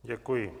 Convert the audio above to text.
Děkuji.